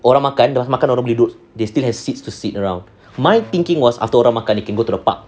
orang makan dah makan dorang boleh duduk they still have seats to sit around my thinking was after orang makan they can go to the park